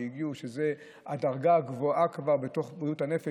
שזאת הדרגה הגבוהה בתוך בריאות הנפש,